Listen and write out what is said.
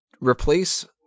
replace